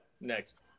next